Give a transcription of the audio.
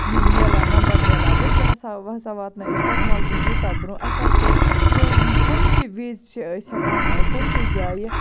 یہِ میلان نَمبر میلان ؤنکیٚنس ہسا واتنٲے أسۍ ٹیکنالجی یوٗتاہ برونٛہہ اَسہِ حظ چھِ کُنہِ کُنہِ تہِ وِزِ چھِ أسۍ ہیٚکان کُنہِ تہِ جایہِ